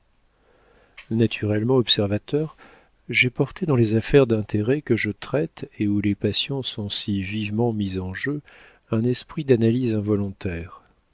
naturellement observateur j'ai porté dans les affaires d'intérêt que je traite et où les passions sont vivement mises en jeu un esprit d'analyse involontaire